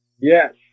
yes